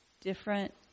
different